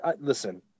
Listen